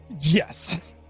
Yes